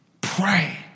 Pray